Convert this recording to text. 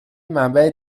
منبع